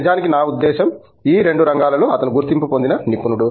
నిజానికి నా ఉద్దేశ్యం ఈ రెండు రంగాలలో అతను గుర్తింపు పొందిన నిపుణుడు